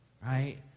right